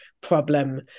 problem